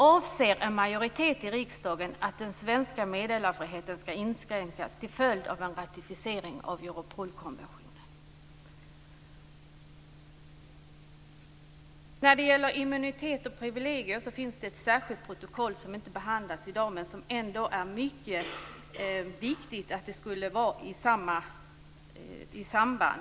Avser en majoritet i riksdagen att den svenska meddelarfriheten skall inskränkas till följd av en ratificering av Europolkonventionen? När det gäller immunitet och privilegier finns det ett särskilt protokoll som inte behandlas i dag men som det hade varit mycket viktigt att behandla i samband med dessa frågor.